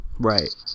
Right